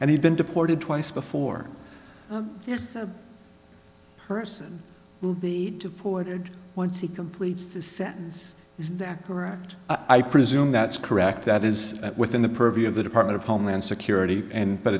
and he's been deported twice before this person will be deported once he completes the sentence is that correct i presume that's correct that is within the purview of the department of homeland security and but